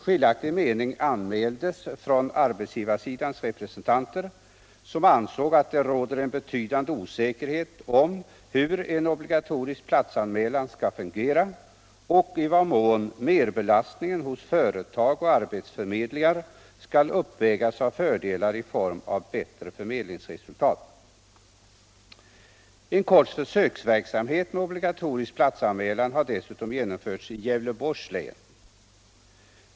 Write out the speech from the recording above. Skiljaktig mening anmäldes från arbetsgivarsidans representanter, som ansåg att det råder en betydande osäkerhet om hur en obligatorisk platsanmälan skulle fungera och i vad mån merbelastningen hos företag och arbetsförmedlingar skulle uppvägas av fördelar i form av bättre förmedlingsresultat. En viss försöksverksamhet med obligatorisk platsanmälan har dessutom genomförts i Gävleborgs län.